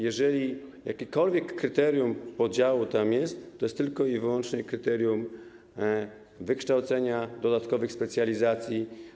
Jeżeli jakiekolwiek kryterium podziału tam jest, to jest tylko i wyłącznie kryterium wykształcenia dodatkowych specjalizacji.